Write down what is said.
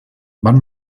van